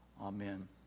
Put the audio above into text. amen